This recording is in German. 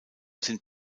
sind